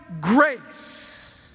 grace